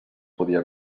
podia